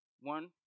One